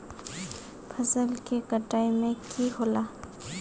फसल के कटाई में की होला?